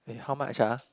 eh how much ah